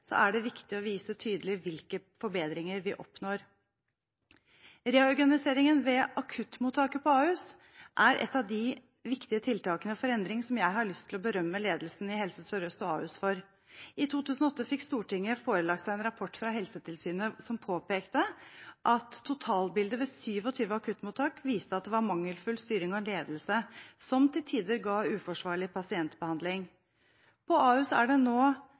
er det viktig å vise tydelig hvilke forbedringer vi oppnår. Reorganiseringen ved akuttmottaket på Ahus er ett av de viktige tiltakene for endring, som jeg har lyst til å berømme ledelsen i Helse Sør-Øst og Ahus for. I 2008 fikk Stortinget forelagt seg en rapport fra Helsetilsynet som påpekte at totalbildet ved 27 akuttmottak viste at det var mangelfull styring og ledelse som til tider ga uforsvarlig pasientbehandling. På Ahus er det nå